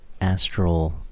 Astral